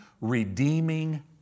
redeeming